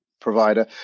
provider